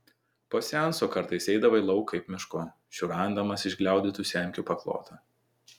po seanso kartais eidavai lauk kaip mišku šiurendamas išgliaudytų semkių paklotą